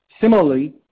Similarly